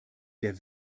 der